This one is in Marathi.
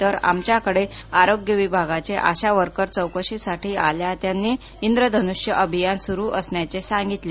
तर आमच्याकडे आरोग्य विभागाच्या आशा वर्कर चौकशीसाठी आल्या व त्यांनी इंद्रधनुष्य अभियान चालू असल्याचे सांगितले